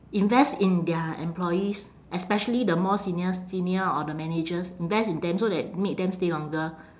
invest in their employees especially the more seniors senior or the managers invest in them so that make them stay longer